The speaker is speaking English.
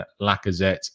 Lacazette